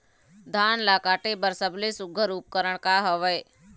धान ला काटे बर सबले सुघ्घर उपकरण का हवए?